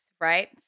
right